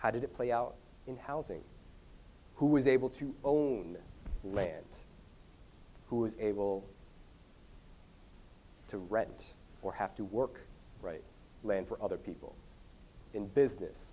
how did it play out in housing who was able to own land who was able to rent or have to work right land for other people in business